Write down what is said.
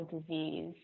disease